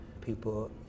people